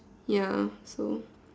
ya so